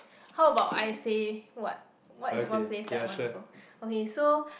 how about I say what what is one place that I want to go okay so